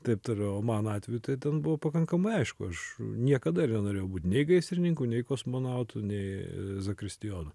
taip toliau o mano atveju tai ten buvo pakankamai aišku aš niekada ir nenorėjau būt nei gaisrininku nei kosmonautu nei zakristijonu